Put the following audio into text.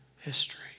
history